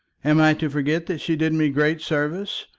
am i to forget that she did me great service,